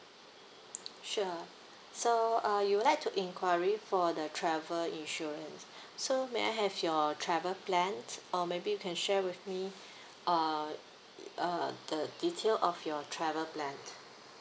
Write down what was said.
sure so uh you would like to inquiry for the travel insurance so may I have your travel plans or maybe you can share with me uh uh the detail of your travel plan